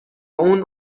اون